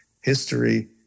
history